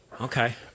Okay